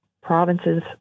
Provinces